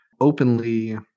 openly